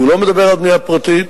הוא לא מדבר על בנייה פרטית,